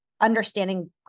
understanding